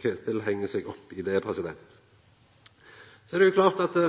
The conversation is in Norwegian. Ketil hengjer seg opp i